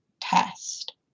test